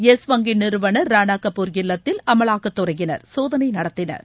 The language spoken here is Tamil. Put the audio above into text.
யெஸ் வங்கி நிறுவனர் ரானா கபூர் இல்லத்தில் அமலாக்கத்துறையினர் சோதனை நடத்தினர்